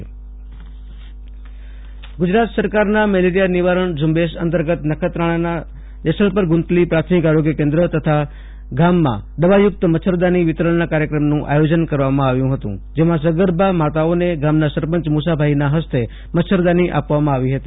આશુતોષ અંતાણી નખત્રાણાઃ મચ્છરદાની વિતરણ ગુજરાત સરકારના મેલેરિયા નિવારણ ઝુંબેશ અંતર્ગત નખત્રાણા તાલુકાના દેશલપર ગુંતલી પ્રાથમિક આરોગ્ય કેન્દ્ર તથા ગામમાં દવાયુકત મચ્છરદાની વિતરણના કાર્યક્રમનું આયોજન કરવામાં આવ્યું હતું જેમાં સગર્ભા માતાઓને ગામના સરપંચ મુસાભાઈના હસ્તે મચ્છરદાની આપવામાં ાવી હતી